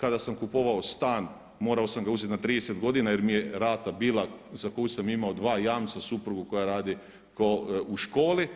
Kada sam kupovao stan morao sam ga uzeti na 30 godina jer mi je rata bila, za koju sam imao dva jamca, suprugu koja radi u školi,